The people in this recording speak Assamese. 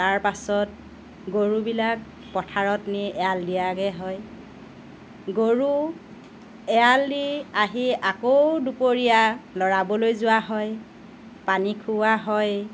তাৰ পাছত গৰুবিলাক পথাৰত নি এৰাল দিয়াগৈ হয় গৰু এৰাল দি আহি আকৌ দুপৰীয়া লৰাবলৈ যোৱা হয় পানী খোওৱা হয়